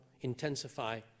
intensify